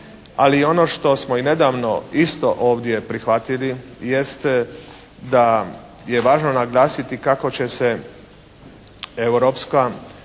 Ali ono što smo nedavno isto ovdje prihvatili jeste da je važno naglasiti kako će se europska